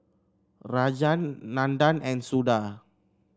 Rajan Nandan and Suda